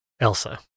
Elsa